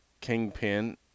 kingpin